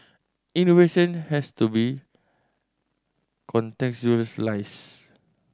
innovation has to be contextualised